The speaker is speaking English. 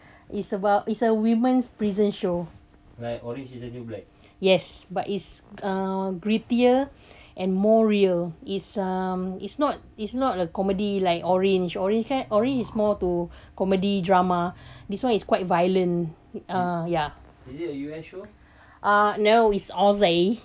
it's about it's a women's prison show yes but it's ah creepier and more real it's um it's not is not a comedy like orange orange kan orange is more to comedy drama this one is quite violent ah ya no it's aussie